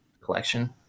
collection